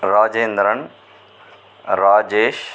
Rajendran Rajesh